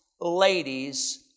ladies